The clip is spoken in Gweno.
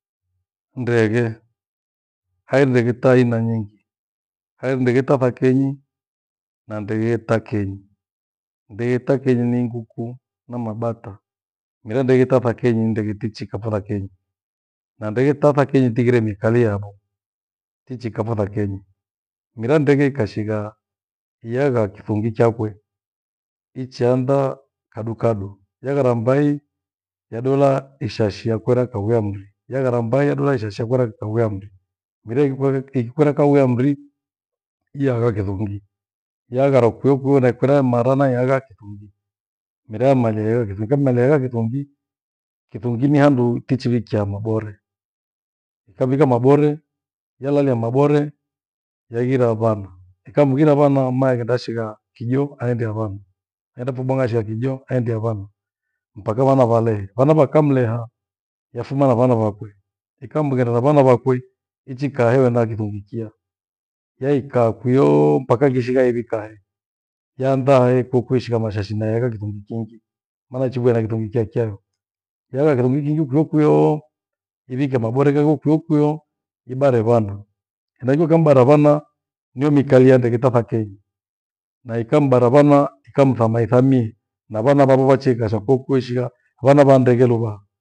Ndeghe, haghire ndeghe taaina nyingi. Hangire ndeghe ta thakenyi na ndeghe ta kenyi. Ndeghe ta kenyi ni ghuku na mabata. Mira ndeghe ta thakenyi ni ndege tichiikaa kiphothakenyi na ndeghe ta thakenyi tighire muikalie hano tichi kano thakenyi. Mera ndeghe ikashigha iyagha kisungi chakwe ichiandaa kadukadu yagharambai ya dola ishashiya kwera kawira mmri, yaghara mbai yadola ishashiya kwera kawira mmri. Mira ikikwera, ikwere kawia mmri yaagha kithunguni. Yaghara kwiyo kwiyo na ikwera mmara na iyagha kithungi. Mera yamalia igha kithungi ikamimaalia iyagha kithungi, kithungi ni handu kichiwikia mabore. Ikamivika mabore yalalia mabore yaghira vana, ikamighira vana mae kendashigha kijo aendea vana, endapo mbwang'a ashea kijo aendea vana, mpaka vana vale. Vana vakamileha yafuma na vana vyakwe. Ikamghenda na vana vakwe ichika hewena kithungi kia, yaikaa kwiyoo mpaka ikishigha eivikahe. Yaanda ehe kokwishishigha mashashi nae kithungi kingi. Maana chigwea na kithungi cha kiyakyalo vena na kithungi kwiyo kwiyo nivike mabore kwiyo kwiyo niibare vana henaicho ikamibara vana ikamthame ithamie na vana vavo vaichi kashakwo kwishia vana va ndeghe lova